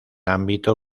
ámbito